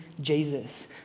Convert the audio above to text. Jesus